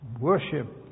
worship